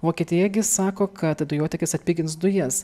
vokietija gi sako kad dujotiekis atpigins dujas